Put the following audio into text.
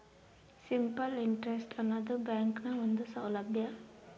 simple interest ಆನದು ಬ್ಯಾಂಕ್ನ ಒಂದು ಸೌಲಬ್ಯಾ